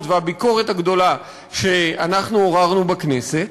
והביקורת הגדולה שאנחנו עוררנו בכנסת,